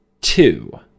two